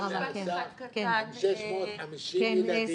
תוכל, אדוני,